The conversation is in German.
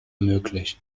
möglich